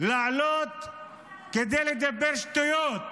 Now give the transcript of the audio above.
לעלות כדי לדבר שטויות,